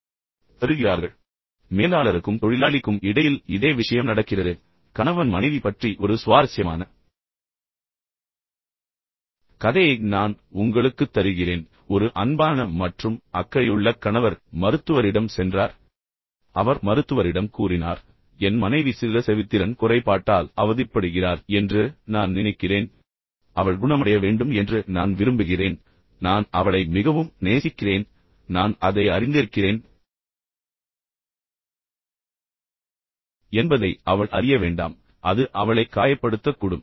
இப்போது மேலாளருக்கும் தொழிலாளிக்கும் இடையில் இதே விஷயம் நடக்கிறது கணவன் மனைவி பற்றி ஒரு சுவாரஸ்யமான கதையை நான் உங்களுக்குத் தருகிறேன் ஒரு அன்பான மற்றும் அக்கறையுள்ள கணவர் மருத்துவரிடம் சென்றார் பின்னர் அவர் மருத்துவரிடம் கூறினார் என் மனைவி சில செவித்திறன் குறைபாட்டால் அவதிப்படுகிறார் என்று நான் நினைக்கிறேன் பின்னர் அவள் குணமடைய வேண்டும் என்று நான் விரும்புகிறேன் நான் அவளை மிகவும் நேசிக்கிறேன் நான் அதை அறிந்திருக்கிறேன் என்பதை அவள் அறிய வேண்டாம் அது அவளை காயப்படுத்தக்கூடும்